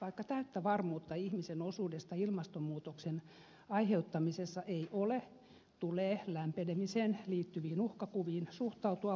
vaikka täyttä varmuutta ihmisen osuudesta ilmastonmuutoksen aiheuttamisessa ei ole tulee lämpenemiseen liittyviin uhkakuviin suhtautua vakavasti